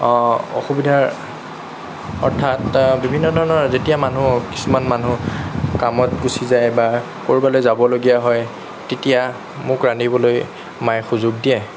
অসুবিধাৰ অৰ্থাৎ বিভিন্ন ধৰণৰ যেতিয়া মানুহ কিছুমান মানুহ কামত গুচি যায় বা ক'ৰবালৈ যাবলগীয়া হয় তেতিয়া মোক ৰান্ধিবলৈ মায়ে সুযোগ দিয়ে